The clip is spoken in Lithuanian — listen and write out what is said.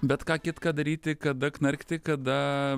bet ką kitką daryti kada knarkti kada